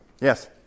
Yes